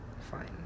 fine